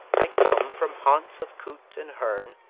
i come from haunts of coot and hern,